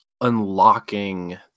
unlocking